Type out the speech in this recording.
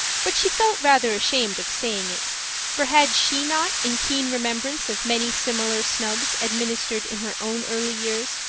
but she felt rather ashamed of saying it for had she not, in keen remembrance of many similar snubs administered in her own early years,